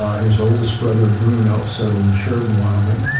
ah his oldest brother, bruno, settled in sheridan, wyoming.